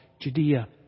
Judea